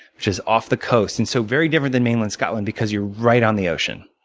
which is off the coast. and so very different than mainland scotland because you're right on the ocean.